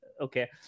Okay